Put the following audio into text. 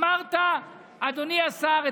אדוני השר,